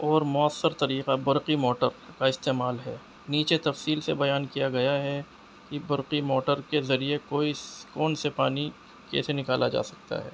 اور مؤثر طریقہ برقی موٹر کا استعمال ہے نیچے تفصیل سے بیان کیا گیا ہے کہ برقی موٹر کے ذریعے کوئی اس کون سے پانی کیسے نکالا جا سکتا ہے